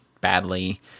badly